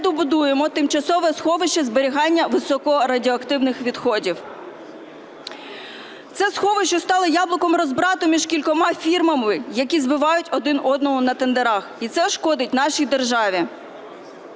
добудуємо тимчасове сховище зберігання високорадіоактивних відходів. Це сховище стало яблуком розбрату між кількома фірмами, які збивають один одного на тендерах, і це шкодить нашій державі.